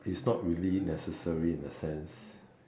is not really necessary in a sense